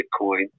bitcoin